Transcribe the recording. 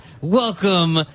Welcome